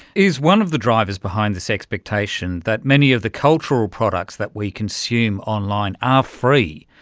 is one of the drivers behind this expectation that many of the cultural products that we consume online are free.